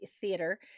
theater